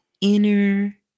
inner